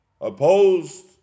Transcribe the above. Opposed